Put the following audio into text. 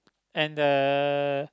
and uh